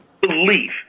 belief